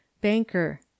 Banker